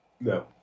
No